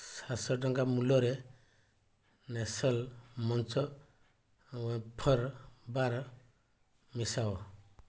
ସାତଶହ ଟଙ୍କା ମୂଲ୍ୟରେ ନେସ୍ଲ ମଞ୍ଚ୍ ୱେଫର୍ ବାର୍ ମିଶାଅ